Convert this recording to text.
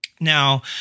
Now